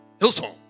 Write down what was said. Hillsong